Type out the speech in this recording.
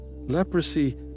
Leprosy